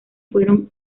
fueron